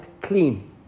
clean